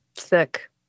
sick